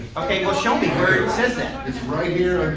okay. well show me where it says that. it's right here